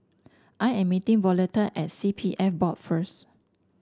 I am meeting Violetta at C P F Board first